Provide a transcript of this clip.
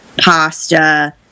pasta